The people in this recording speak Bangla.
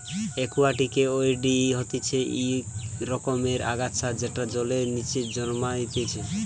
একুয়াটিকে ওয়িড হতিছে ইক রকমের আগাছা যেটা জলের নিচে জন্মাইতিছে